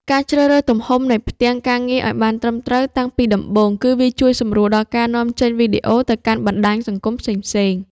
ការជ្រើសរើសទំហំនៃផ្ទាំងការងារឱ្យបានត្រឹមត្រូវតាំងពីដំបូង គឺ វាជួយសម្រួលដល់ការនាំចេញវីដេអូទៅកាន់បណ្តាញសង្គមផ្សេងៗ។